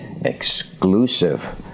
exclusive